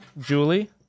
Julie